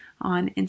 on